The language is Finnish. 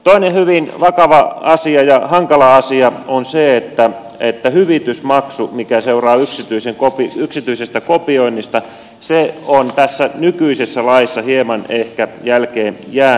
toinen hyvin vakava asia ja hankala asia on se että hyvitysmaksu mikä seuraa yksityisestä kopioinnista on tässä nykyisessä laissa hieman ehkä jälkeenjäänyt